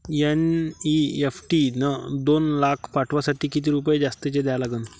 NEFT न दोन लाख पाठवासाठी किती रुपये जास्तचे द्या लागन?